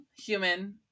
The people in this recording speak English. human